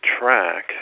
track